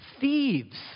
Thieves